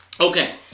Okay